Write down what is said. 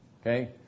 Okay